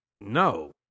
no